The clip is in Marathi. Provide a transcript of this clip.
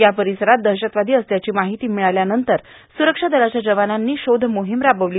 या परिसरात दहशतवादी असल्याची माहित मिळाल्यानंतर सुरक्षा दलाच्या जवानांनी शोधमोहिम सुरू केली